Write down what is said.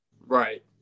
Right